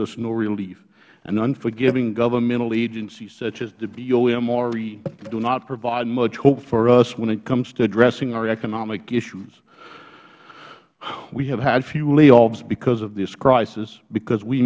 us no relief and unforgiving governmental agencies such as the boemre do not provide much hope for us when it comes to addressing our economic issues we have had few layoffs because of this crisis because we